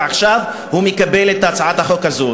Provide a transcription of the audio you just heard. ועכשיו הוא מקבל את הצעת החוק הזאת.